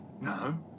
No